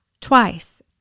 Twice